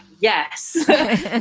yes